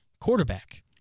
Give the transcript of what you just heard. quarterback